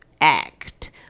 act